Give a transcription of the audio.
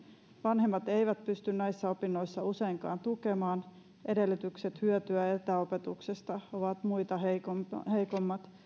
vanhemmat eivät pysty näissä opinnoissa useinkaan tukemaan edellytykset hyötyä etäopetuksesta ovat muita heikommat heikommat